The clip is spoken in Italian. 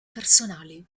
personali